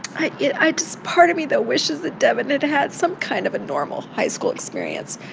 i yeah i just part of me, though, wishes that devyn had had some kind of a normal high school experience.